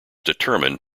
determined